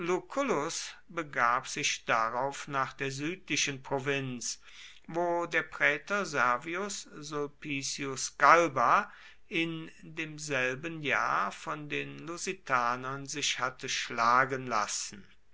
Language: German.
begab sich darauf nach der südlichen provinz wo der prätor servius sulpicius galba in demselben jahr von den lusitanern sich hatte schlagen lassen